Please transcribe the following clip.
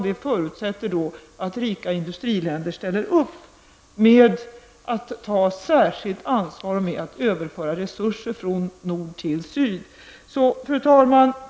Detta förutsätter att rika industriländer ställer upp och tar särskilt ansvar för att överföra resurser från nord till syd. Fru talman!